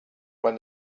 when